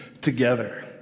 together